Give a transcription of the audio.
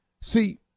See